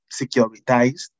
securitized